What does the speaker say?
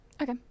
Okay